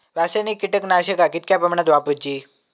रासायनिक कीटकनाशका कितक्या प्रमाणात वापरूची?